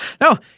No